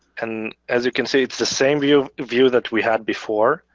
and as you can see it's the same view view that we had before.